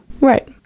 Right